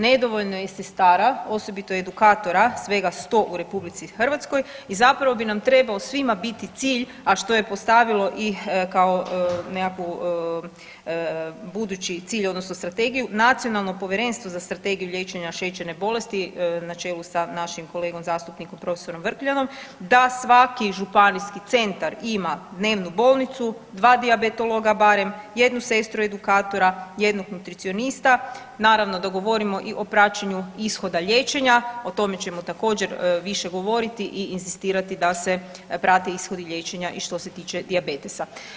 Nedovoljno je i sestara, osobito edukatora svega 100 u RH i zapravo bi nam trebao svima biti cilj, a što je postavilo i kao nekakvu budući cilj odnosno strategiju Nacionalno povjerenstvo za strategiju liječenja šećerne bolesti na čelu sa našim kolegom zastupnikom prof. Vrkljanom da svaki županijski centar ima dnevnu bolnicu, dva dijabetologa barem, jednu sestru edukatora, jednog nutricionista, naravno da govorimo i o praćenju ishoda liječenja, o tome ćemo također više govoriti i inzistirati da se prate ishodi liječenja i što se tiče dijabetesa.